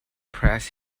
press